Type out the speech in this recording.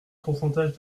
pourcentage